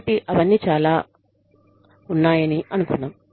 కాబట్టి అవన్నీ అలా ఉన్నాయని అనుకుందాం